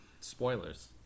Spoilers